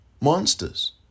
monsters